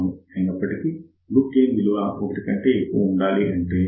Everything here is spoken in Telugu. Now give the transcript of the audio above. అయినప్పటికీ లూప్ గెయిన్ విలువ 1 కంటే ఎక్కువ ఉండాలంటే Rout 1